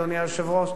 אדוני היושב-ראש,